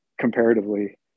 comparatively